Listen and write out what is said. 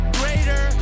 greater